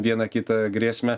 vieną kitą grėsmę